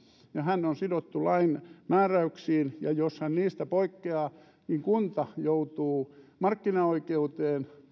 ja hän on sidottu lain määräyksiin ja jos hän niistä poikkeaa niin kunta joutuu markkinaoikeuteen